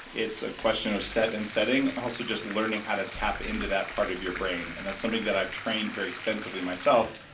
it's a question of set and setting. also, just learning how to tap into that part of your brain. and that's something that i've trained very extensively myself.